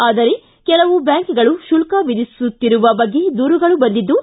ಆದರೆ ಕೆಲವು ಬ್ಯಾಂಕ್ಗಳು ಶುಲ್ತ ವಿಧಿಸುತ್ತಿರುವ ಬಗ್ಗೆ ದೂರುಗಳು ಬಂದಿದ್ದು